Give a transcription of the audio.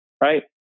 right